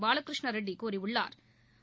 பாலகிருஷ்ண ரெட்டி கூறியுள்ளாா்